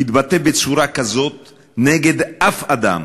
יתבטא בצורה כזאת נגד אדם,